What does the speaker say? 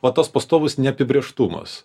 va tas pastovus neapibrėžtumas